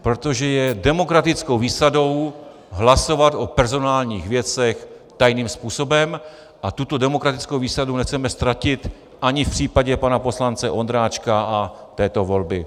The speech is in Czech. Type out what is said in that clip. Protože je demokratickou výsadou hlasovat o personálních věcech tajným způsobem a tuto demokratickou výsadu nechceme ztratit ani v případě pana poslance Ondráčka a této volby.